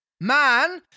Man